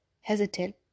hesitant